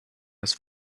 his